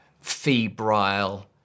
febrile